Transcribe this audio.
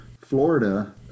Florida